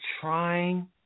trying